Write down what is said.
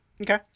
okay